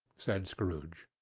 said scrooge.